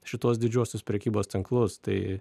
šituos didžiuosius prekybos tinklus tai